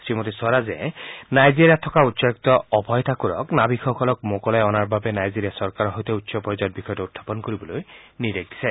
শ্ৰীমতী স্বৰাজে নাইজেৰিয়াত থকা উচ্চায়ুক্ত অভয় ঠাকুৰক নাবিকসকলক মোকলাই অনাৰ বাবে নাইজেৰিয়া চৰকাৰৰ উচ্চ পৰ্যায়ত বিষয়টো উত্থাপন কৰিবলৈ নিৰ্দেশ দিয়ে